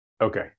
Okay